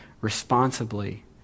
responsibly